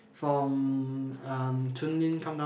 from um come down